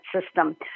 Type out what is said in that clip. system